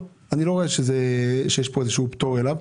לא שמתי לב שיש לו פטור כלשהו,